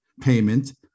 payment